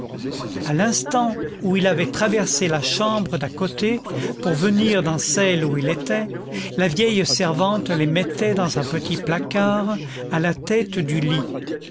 à l'instant où il avait traversé la chambre d'à côté pour venir dans celle où il était la vieille servante les mettait dans un petit placard à la tête du lit